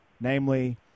Namely